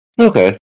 Okay